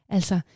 Altså